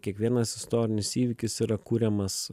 kiekvienas istorinis įvykis yra kuriamas